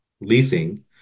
leasing